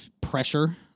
pressure